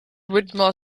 whittemore